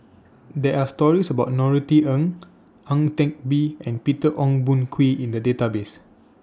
There Are stories about Norothy Ng Ang Teck Bee and Peter Ong Boon Kwee in The Database